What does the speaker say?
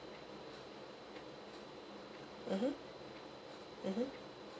mmhmm mmhmm